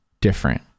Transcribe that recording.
different